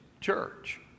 church